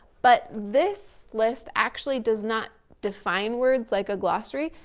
but this list actually does not, define words like a glossary.